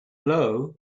blow